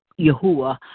Yahuwah